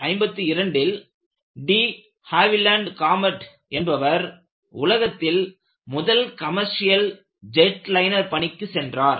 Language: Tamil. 1952 ல் டீ ஹவில்லாண்ட் காமெட் என்பவர் உலகத்தில் முதல் கமெர்ஷியல் ஜெட்லைனர் பணிக்கு சென்றார்